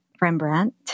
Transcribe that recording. Rembrandt